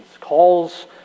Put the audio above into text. calls